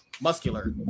muscular